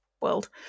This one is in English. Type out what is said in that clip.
world